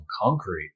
concrete